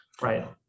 right